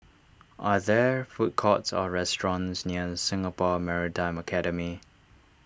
are there food courts or restaurants near Singapore Maritime Academy